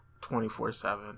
24-7